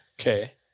Okay